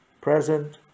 present